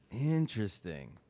Interesting